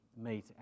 meet